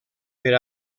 per